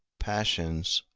passions,